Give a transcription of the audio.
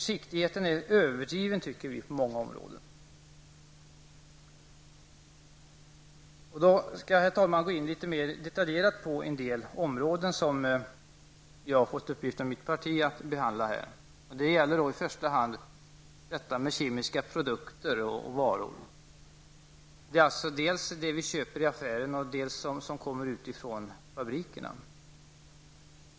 Vi anser att försiktigheten på många områden är överdriven. Herr talman! Jag skall nu litet mer detaljerat gå in på en del områden, som jag har fått mitt partis uppdrag att behandla i debatten. Det gäller då i första hand frågan om kemiska produkter och varor, dels det vi köper i affären, dels sådant som släpps ut från fabrikerna.